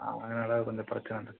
ஆமாம் அதனால் கொஞ்சம் பிரச்சின இல்லை